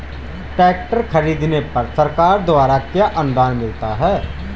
Tractor खरीदने पर सरकार द्वारा क्या अनुदान मिलता है?